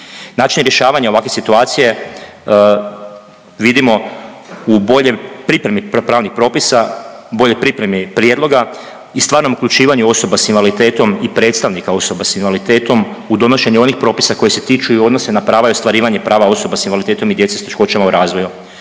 Način rješavanja ovakve situacije vidimo u boljem pripremi pravnih propisa, boljoj pripremi prijedloga i stvarnom uključivanju osoba s invaliditetom i predstavnika osoba s invaliditetom u donošenju onih propisa koje se tiču i odnose na prava i ostvarivanje prava osoba s invaliditetom i djece s teškoćama u razvoju.